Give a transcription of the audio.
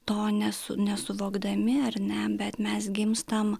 to nesu nesuvokdami ar ne bet mes gimstam